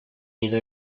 ido